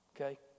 Okay